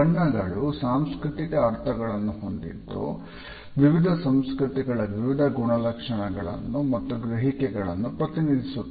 ಬಣ್ಣಗಳು ಸಾಂಸ್ಕೃತಿಕ ಅರ್ಥಗಳನ್ನು ಹೊಂದಿದ್ದು ವಿವಿಧ ಸಂಸ್ಕೃತಿಗಳ ವಿವಿಧ ಗುಣಲಕ್ಷಣಗಳನ್ನು ಮತ್ತು ಗ್ರಹಿಕೆಗಳನ್ನು ಪ್ರತಿನಿಧಿಸುತ್ತವೆ